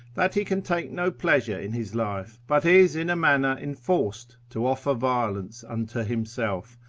that he can take no pleasure in his life, but is in a manner enforced to offer violence unto himself,